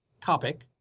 topic